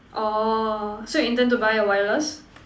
orh so you intend to buy a wireless